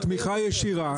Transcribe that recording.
תמיכה ישירה,